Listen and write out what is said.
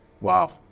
Wow